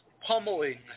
pummeling